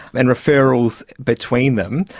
and referrals between them.